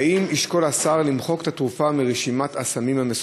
1. האם ישקול השר למחוק את התרופה מרשימת הסמים המסוכנים?